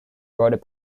world